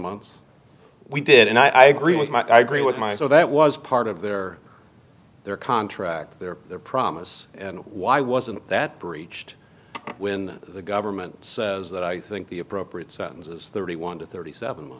months we did and i agree with mike i agree with my so that was part of their their contract their their promise and why wasn't that breached when the government says that i think the appropriate sentence is thirty one to thirty seven